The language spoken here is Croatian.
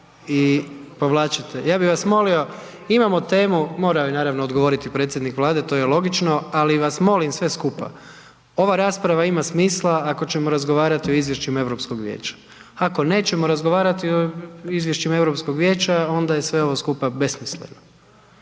i povlačite. Ja bih vas molimo imamo temu, morao je naravno odgovoriti predsjednik Vlade to je logično, ali vas molim sve skupa, ova rasprava ima smisla ako ćemo razgovarati o Izvješćima Europskog vijeća, ako nećemo razgovarati o Izvješćima Europskog vijeća onda je sve ovo skupa besmisleno.